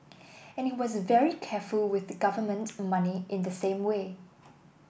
and he was very careful with government money in the same way